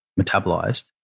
metabolized